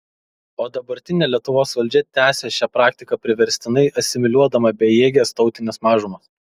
o dabartinė lietuvos valdžia tęsia šią praktiką priverstinai asimiliuodama bejėges tautines mažumas